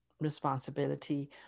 responsibility